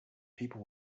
people